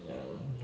ya